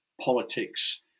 politics